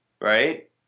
right